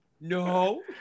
No